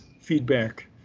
feedback